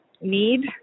need